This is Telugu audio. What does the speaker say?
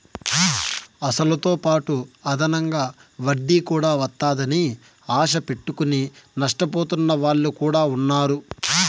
అసలుతోపాటు అదనంగా వడ్డీ కూడా వత్తాదని ఆశ పెట్టుకుని నష్టపోతున్న వాళ్ళు కూడా ఉన్నారు